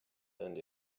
and